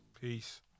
peace